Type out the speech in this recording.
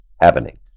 happening